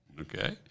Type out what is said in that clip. Okay